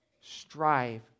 strive